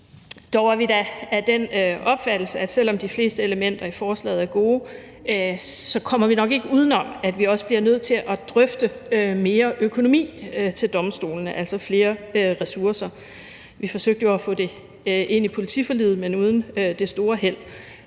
Dog er vi af den opfattelse, at vi nok ikke, selv om de fleste elementer i forslaget er gode, kommer uden om, at vi også bliver nødt til at drøfte mere økonomi til domstolene, altså flere ressourcer. Vi forsøgte jo at få det ind i politiforliget, men uden det store held;